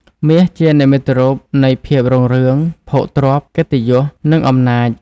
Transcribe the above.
មាស ជានិមិត្តរូបនៃ ភាពរុងរឿង ភោគទ្រព្យ កិត្តិយស និងអំណាច។